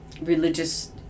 religious